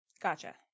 Gotcha